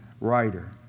writer